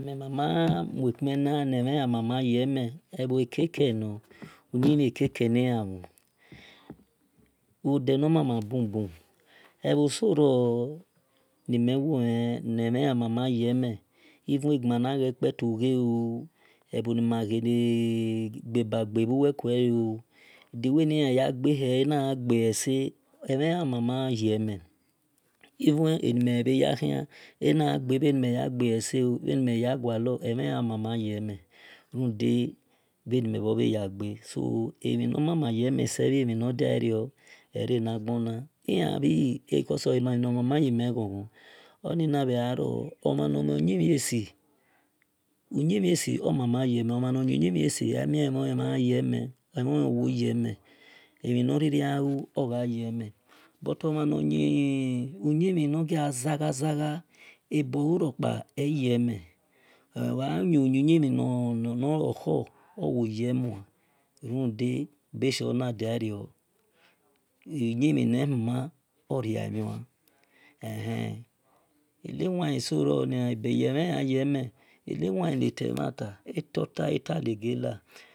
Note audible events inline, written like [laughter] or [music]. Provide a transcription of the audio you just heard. Ebho ni [noise] mel mama nue kpe na ebho ekeke nor ne mhelan mama yeme uyimhin ekeke nialan mhen ode nor mu-ma bubu ebho so ror ni mel wo len ne-mhelan yeme even egi mu na ghe kpelu ghe-ooo ebho ni mha ghe ne ghe ba ghe bhu wee oo di wel ni an ya gbe ese emhole omamu yeme even ebhoni mel ya-khian ena gbe eseoo emhan or mama yeme enu gha gbe eseoo bhe m mhe ya gualor emhe an o mama yeme runde bhe ni bhe ya gbe ese emhi nor mama ni meh bhe ya gbe ese emhi nor mama yeme se bhe mhi nor diario erena ghona because olemhi nor mama yi me when gho elan bhi omhan nor mhen uyimhi esi uyi mhie si oma ma yeme-mee emhi nor riri gha lu emhan gha yemel but omhan nor yi-uyin mhin no dia zagha-zaghu ebolurikpa eyemhe ogha yi uyimhi nor olokho emhon wo ye-muo runde uyin-mhin ne yuma oria mhiua ehel enewae eso roni ebe yemhen yeme ne temhanta etota etalegiola